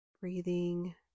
Breathing